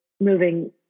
moving